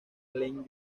glen